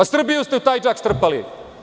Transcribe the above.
Srbiju ste u taj džak strpali.